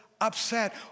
upset